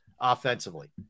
offensively